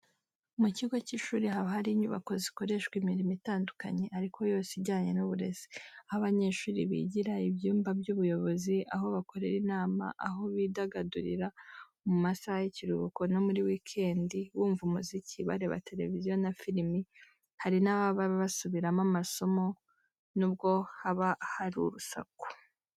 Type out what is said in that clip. Mu kigo cy'ishuri haba hari inyubako zikoreshwa imirimo itandukanye ariko yose ijyanye n'uburezi: aho abanyeshuri bigira, ibyumba by'ubuyobozi, aho bakorera inama, aho bidagadurira mu masaha y'ikiruhuko no muri weekend, bumva umuziki, bareba televiziyo na filimi, hari n'ababa basuburimo amasomo n'ubwo haba hari urusaku.